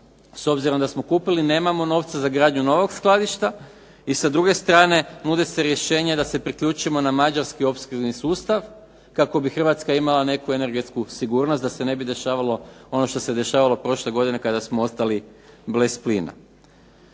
s obzirom da smo kupili, nemamo novca za gradnju novog skladišta, i sa druge strane nude se rješenja da se priključimo na Mađarski opskrbni sustav kako bi Hrvatska imala neku energetsku sigurnost da se ne bi dešavalo ono što se dešavalo prošle godine kada smo ostali bez plina.